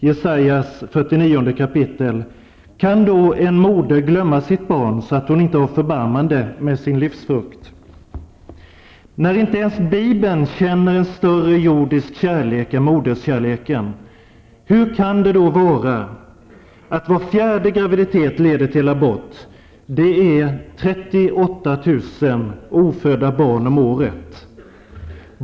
Jesaja 49:15: ''Kan då en moder glömma sitt barn, så att hon inte har förbarmande med sin livsfrukt?'' När man inte ens i Bibeln känner en större jordisk kärlek än moderskärleken, hur kan det då vara att var fjärde graviditet leder till abort? Det innebär 38 000 ofödda barn om året.